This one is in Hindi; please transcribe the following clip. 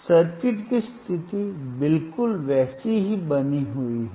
तो सर्किट की स्थिति बिल्कुल वैसी ही बनी हुई है